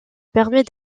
permet